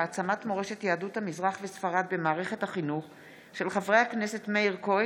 התרבות והספורט בעקבות דיון מהיר בהצעתם של חברי הכנסת קטי קטרין